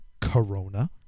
Corona